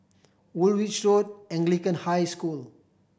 Woolwich Road Anglican High School